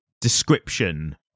description